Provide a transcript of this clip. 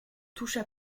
toucha